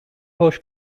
hoş